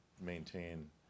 maintain